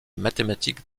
mathématique